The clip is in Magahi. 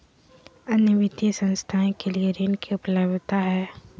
अन्य वित्तीय संस्थाएं के लिए ऋण की उपलब्धता है?